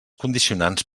condicionants